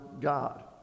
God